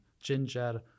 ginger